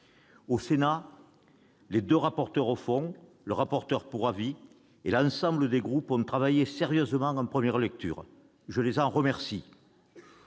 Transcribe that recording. Au Sénat, les deux rapporteurs au fond, le rapporteur pour avis et l'ensemble des groupes ont travaillé sérieusement en première lecture : qu'ils en soient